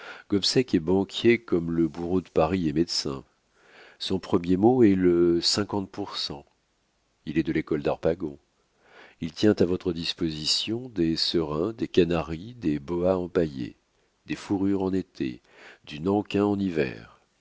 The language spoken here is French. claparon gobseck est banquier comme le bourreau de paris est médecin son premier mot est le cinquante pour cent il est de l'école d'harpagon il tient à votre disposition des serins des canaries des boas empaillés des fourrures en été du nankin en hiver